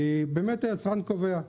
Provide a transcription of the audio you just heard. היצרן קובע,